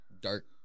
dark